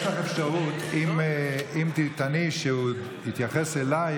אם תטעני שהוא התייחס אליך,